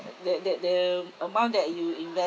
that that the amount that you invest